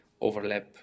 overlap